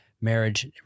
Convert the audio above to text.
marriage